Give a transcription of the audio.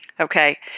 okay